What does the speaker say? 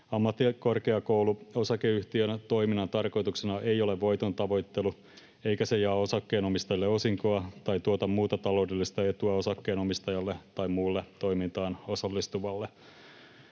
Ammattikorkeakouluosakeyhtiön toiminnan tarkoituksena ei ole voiton tavoittelu, eikä se jaa osakkeenomistajalle osinkoa tai tuota muuta taloudellista etua osakkeenomistajalle tai muulle toimintaan osallistuvalle.